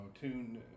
tune